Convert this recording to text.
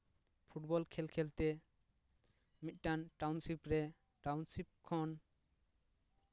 ᱵᱚᱞ ᱠᱷᱮᱞ ᱠᱷᱮᱞ ᱛᱮ ᱢᱤᱫᱴᱟᱝ ᱴᱟᱣᱩᱱᱥᱤᱯ ᱨᱮ ᱴᱟᱣᱩᱱᱥᱤᱯ ᱠᱷᱚᱱ